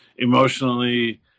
emotionally